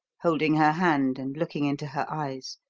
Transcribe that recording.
holding her hand and looking into her eyes.